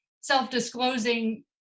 self-disclosing